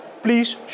Please